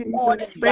morning